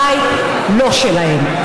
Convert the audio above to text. הבית לא שלהם.